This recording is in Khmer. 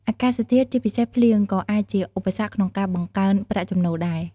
អាកាសធាតុ ជាពិសេសភ្លៀង ក៏អាចជាឧបសគ្គក្នុងការបង្កើនប្រាក់ចំណូលដែរ។